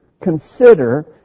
consider